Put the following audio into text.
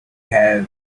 have